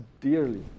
dearly